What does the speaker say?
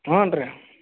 ಹ್ಞೂ ರೀ